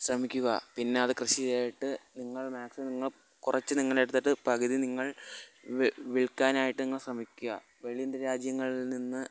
ശ്രമിക്കുക പിന്നെയത് കൃഷി ചെയ്തിട്ട് നിങ്ങൾ മാക്സിമം നിങ്ങൾ കുറച്ച് നിങ്ങളെടുത്തിട്ട് പകുതി നിങ്ങൾ വിൽക്കാനായിട്ട് നിങ്ങൾ ശ്രമിക്കുക വെളി രാജ്യങ്ങളിൽ നിന്ന്